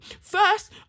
First